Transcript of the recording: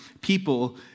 people